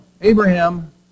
Abraham